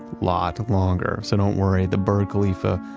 lot longer. so don't worry, the burj khalifa,